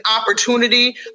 opportunity